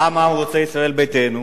למה הוא רוצה ישראל ביתנו?